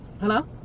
hello